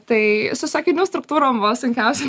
tai su sakinių struktūrom buvo sunkiausia